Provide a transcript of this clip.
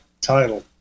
title